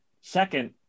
Second